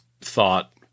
thought